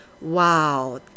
wow